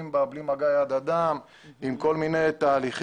בה בלי מגע יד אדם עם כל מיני תהליכים.